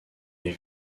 est